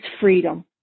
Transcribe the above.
freedom